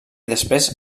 després